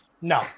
No